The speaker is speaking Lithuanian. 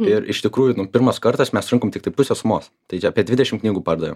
ir iš tikrųjų nu pirmas kartas mes surinkom tiktai pusę sumos tai čia apie dvidešim knygų pardavėm